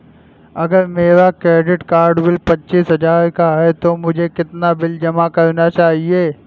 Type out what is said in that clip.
अगर मेरा credit card bill पच्चीस हजार का है तो मुझे कितना बिल जमा करना चाहिए?